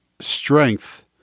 strength